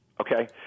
okay